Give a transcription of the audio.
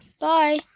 Bye